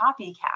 copycat